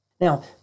Now